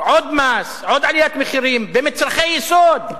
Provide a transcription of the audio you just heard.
עוד מס, עוד עליית מחירים במצרכי יסוד.